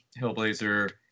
Hillblazer